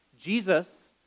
Jesus